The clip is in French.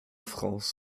france